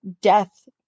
death